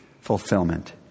fulfillment